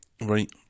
Right